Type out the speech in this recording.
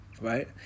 Right